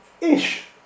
Ish